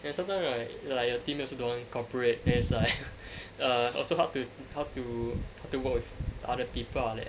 then sometimes right like your team also don't want cooperate then it's like uh also hard to hard to hard to work with other people on it